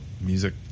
music